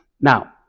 Now